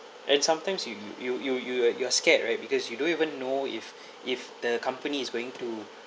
and sometimes you you you you you you are scared right because you don't even know if if the company is going to